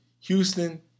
Houston